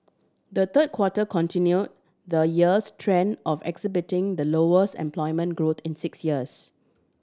the third quarter continue the year's trend of exhibiting the lowest employment growth in six years